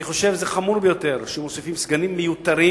אני חושב שזה חמור ביותר שמוסיפים סגנים מיותרים.